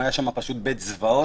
היה שם פשוט בית זוועות.